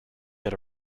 get